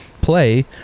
play